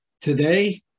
Today